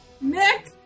Nick